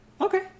Okay